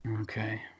Okay